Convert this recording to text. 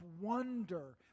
wonder